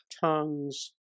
tongues